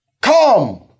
Come